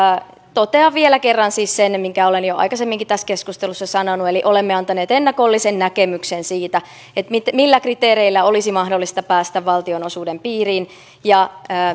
totean vielä kerran siis sen minkä olen jo aikaisemminkin tässä keskustelussa sanonut eli olemme antaneet ennakollisen näkemyksen siitä millä kriteereillä olisi mahdollista päästä valtionosuuden piiriin ja